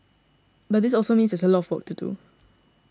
but this also means there's a lot of work to do